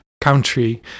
country